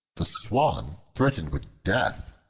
the swan, threatened with death,